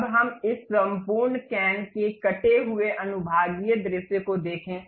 अब हम इस संपूर्ण कैन के कटे हुए अनुभागीय दृश्य को देखें